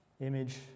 image